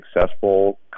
successful